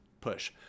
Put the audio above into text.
push